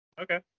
Okay